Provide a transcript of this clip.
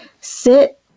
sit